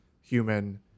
human